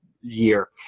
year